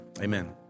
amen